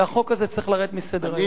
והחוק הזה צריך לרדת מסדר-היום.